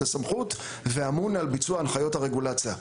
הסמכות ואמון על ביצוע הנחיות הרגולציה.